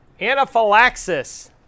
Anaphylaxis